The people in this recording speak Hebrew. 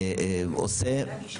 אכילה.